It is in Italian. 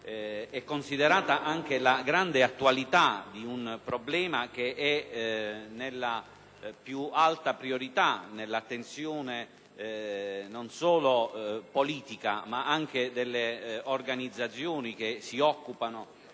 e considerata anche la grande attualità di un problema che è nella più alta priorità dell'attenzione non solo politica, ma anche delle organizzazioni del settore,